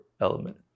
element